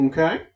Okay